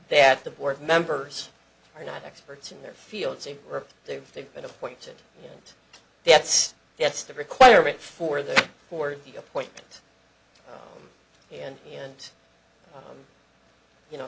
that the board members are not experts in their fields or their they've been appointed and that's that's the requirement for the for the appointment and and you know